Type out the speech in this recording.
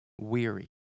weary